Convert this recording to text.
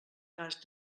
cas